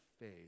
faith